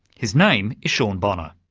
his name is sean bonner.